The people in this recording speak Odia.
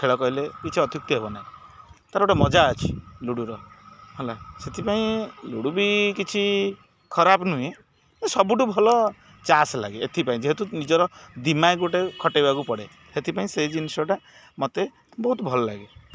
ଖେଳ କହିଲେ କିଛି ଅତ୍ୟୁକ୍ତି ହେବ ନାହିଁ ତାର ଗୋଟେ ମଜା ଅଛି ଲୁଡ଼ୁର ହେଲା ସେଥିପାଇଁ ଲୁଡ଼ୁବି କିଛି ଖରାପ ନୁହେଁ ସବୁଠୁ ଭଲ ତାସ୍ ଲାଗେ ଏଥିପାଇଁ ଯେହେତୁ ନିଜର ଦିମାଗ୍ ଗୋଟେ ଖଟାଇବାକୁ ପଡ଼େ ସେଥିପାଇଁ ସେଇ ଜିନିଷଟା ମତେ ବହୁତ ଭଲ ଲାଗେ